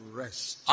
rest